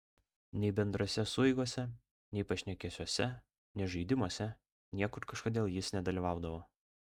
nei bendrose sueigose nei pašnekesiuose nei žaidimuose niekur kažkodėl jis nedalyvaudavo